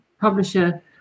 publisher